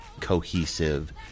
cohesive